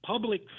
public